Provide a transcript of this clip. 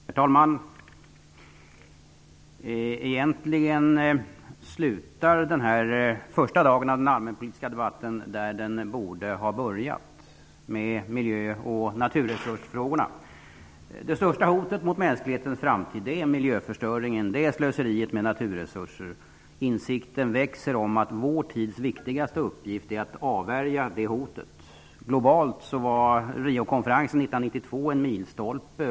Herr talman! Egentligen slutar den första dagen av den allmänpolitiska debatten där den borde ha börjat, med miljö och naturresursfrågorna. Det största hotet mot mänsklighetens framtid är miljöförstöringen. Det är slöseriet med naturresurser. Insikten växer om att vår tids viktigaste uppgift är att avvärja det hotet. Globalt var Riokonferensen 1992 en milstolpe.